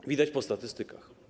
To widać po statystykach.